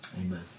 amen